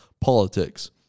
politics